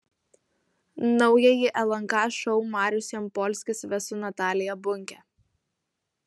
naująjį lnk šou marius jampolskis ves su natalija bunke